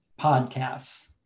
Podcasts